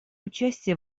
участие